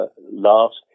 last